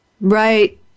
Right